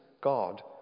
God